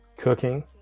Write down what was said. cooking